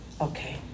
Okay